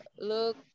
look